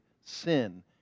sin